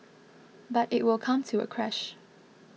but it will come to a crash